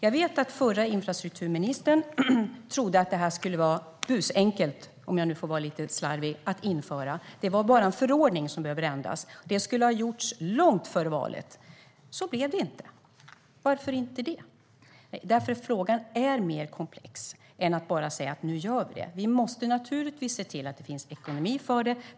Jag vet att den förra infrastrukturministern trodde att det här skulle vara busenkelt att införa, om jag nu får vara lite slarvig. Det var bara en förordning som behövde ändras. Det skulle ha gjorts långt före valet. Så blev det inte. Varför inte? Jo, därför att frågan är mer komplex än att det bara är att säga att nu gör vi det. Vi måste naturligtvis se till att det finns ekonomi för det.